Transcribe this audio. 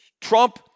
Trump